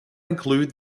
include